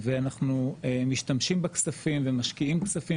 ואנחנו משתמשים בכספים ומשקיעים כספים